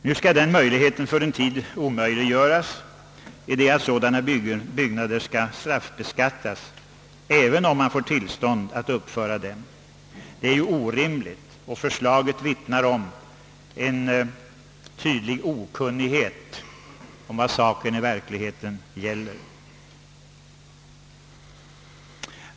Nu kommer denna byggnadsverksamhet för en tid att omöjliggöras, eftersom sådana byggen, även om man får tillstånd att uppföra lokalerna, skall straffbeskattas. Detta är orimligt, och förslaget vittnar tydligt om okunnighet om vad saken i verkligheten gäller.